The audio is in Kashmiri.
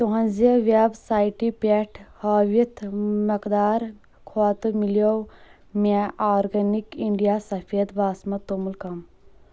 تُہٕنٛزِ ویب سایٹہٕ پٮ۪ٹھ ہٲوِتھ مٮ۪قدار کھۄتہٕ مِلٮ۪و مےٚ آرگینِک اِنٛڈیا سفید باسمت توٚمُل کم